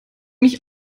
mich